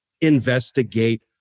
investigate